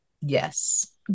yes